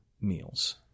meals